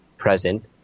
Present